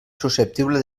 susceptible